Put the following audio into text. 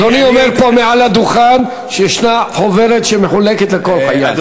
אדוני אומר פה מעל הדוכן שישנה חוברת שמחולקת לכל חייל,